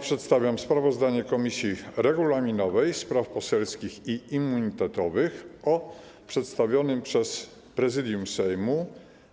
Przedstawiam sprawozdanie Komisji Regulaminowej, Spraw Poselskich i Immunitetowych o przedstawionym przez Prezydium Sejmu